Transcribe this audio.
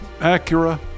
Acura